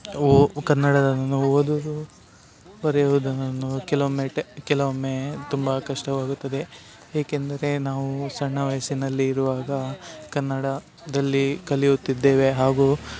ಓ ಕನ್ನಡದ ಓದುವುದು ಬರೆಯುದನ್ನು ಕೆಲವೊಮ್ಮೆ ಟೆ ಕೆಲವೊಮ್ಮೆ ತುಂಬ ಕಷ್ಟವಾಗುತ್ತದೆ ಏಕೆಂದರೆ ನಾವು ಸಣ್ಣ ವಯಸ್ಸಿನಲ್ಲಿ ಇರುವಾಗ ಕನ್ನಡದಲ್ಲಿ ಕಲಿಯುತ್ತಿದ್ದೇವೆ ಹಾಗು